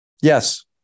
Yes